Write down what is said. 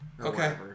Okay